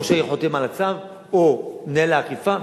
ראש העיר חותם על הצו או מנהל האכיפה,